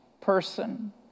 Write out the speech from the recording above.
person